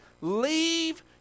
Leave